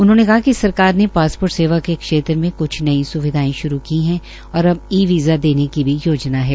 उन्होंने कहा कि सरकार ने पासपोर्ट सेवा के क्षेत्र में क्छ नई स्विधायें श्रू की है और अब ई वीज़ा देने की भी योजना है